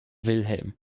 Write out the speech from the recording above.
wilhelm